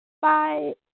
bye